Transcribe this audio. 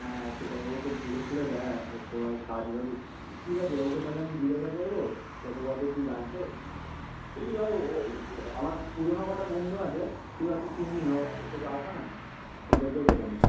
হ্যাঁ সেটাই ও তো ঘুরে ফুরে বেড়ায় ওর তো ভাই কাজ বাজি ঠিক আছে ওকে তাহলে আমি জিজ্ঞেস করবো কতো কতো কী লাগবে কাকে আর বলবো আমার পুরনো কটা বন্ধু আছে তুই হয়তো চিনবি না ও ও তো আসে না ওদেরকেও ডেকে নেবো